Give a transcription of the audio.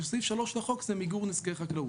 שסעיף 3 לחוק זה מיגור נזקי חקלאות.